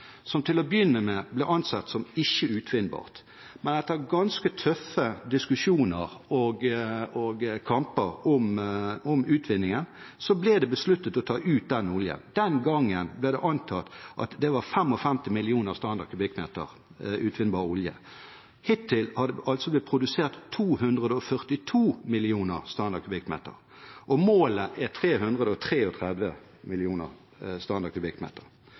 som til å begynne med ble ansett som ikke utvinnbart. Men etter ganske tøffe diskusjoner og kamper om utvinningen ble det besluttet å ta ut den oljen. Den gangen ble det antatt at det var 55 millioner standard kubikkmeter utvinnbar olje. Hittil har det blitt produsert 242 millioner standard kubikkmeter. Målet er 333 millioner standard kubikkmeter. Gassproduksjonen på feltet vil øke med 83 millioner standard kubikkmeter,